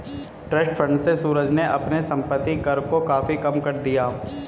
trust fund से सूरज ने अपने संपत्ति कर को काफी कम कर दिया